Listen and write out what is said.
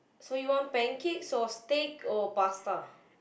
so you want pancakes or steak or pasta